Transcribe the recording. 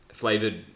Flavored